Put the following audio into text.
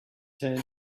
turned